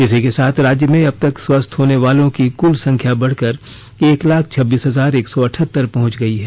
इसी के साथ राज्य में अब तक स्वस्थ होने वालों की कुल संख्या बढ़कर एक लाख छब्बीस हजार एक सौ अठहत्तर पहुंच गई है